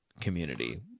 community